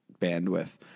bandwidth